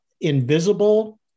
invisible